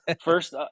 first